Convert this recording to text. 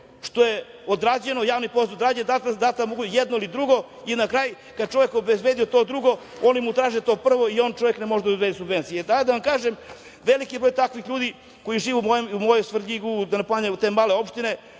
što je odrađeno, javni poziv je odrađen, data je mogućnost, jedno ili drugo. Na kraju, kada je čovek obezbedio to drugo, oni mu traže to prvo i on čovek ne može da obezbedi subvencije. Da vam kažem, veliki je broj takvih ljudi koji žive u mom Svrljigu, da ne ponavljam te male opštine.